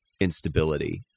instability